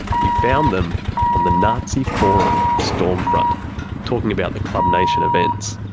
he found them on the nazi forum, stormfront talking about the klub nation events.